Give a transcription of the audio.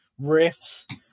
riffs